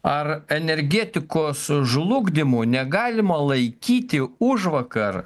ar energetikos žlugdymu negalima laikyti užvakar